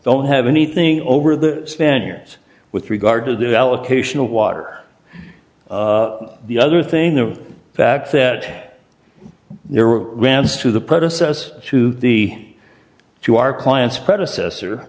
don't have anything over the spaniards with regard to the allocation of water the other thing the fact that there were ran to the predecessor to the to our clients predecessor